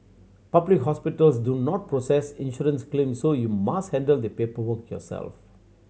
public hospitals do not process insurance claims so you must handle the paperwork yourself